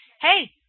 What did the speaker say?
hey